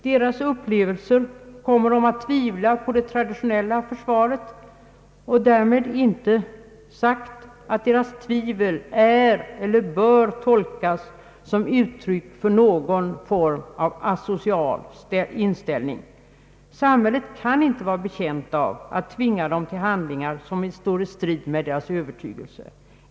Deras upplevelser kommer dem att tvivla på det traditionella försvaret, därmed inte sagt att deras tvivel är eller bör tolkas som uttryck för någon form av asocial inställning. Samhället kan inte vara betjänt av att tvinga dem till handlingar som står i strid med deras övertygelse.